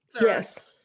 Yes